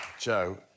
Joe